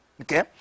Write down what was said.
okay